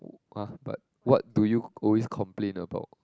w~ ah but what do you always complain about